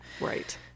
right